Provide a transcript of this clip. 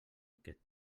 aquest